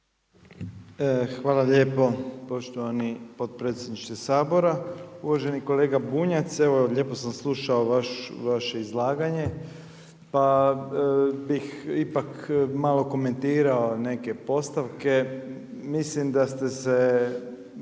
Hvala lijepo poštovani potpredsjedniče Sabora. Uvaženi kolega Bunjac, evo lijepo sam slušao vaše izlaganje, pa bih ipak malo komentirao nek postavke, mislim da ste se,